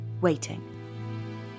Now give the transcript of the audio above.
waiting